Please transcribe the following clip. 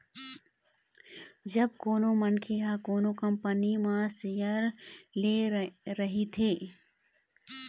जब कोनो मनखे ह कोनो कंपनी म सेयर ले रहिथे